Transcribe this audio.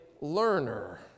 learner